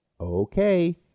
Okay